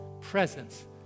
presence